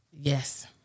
Yes